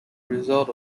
result